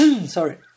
Sorry